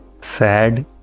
sad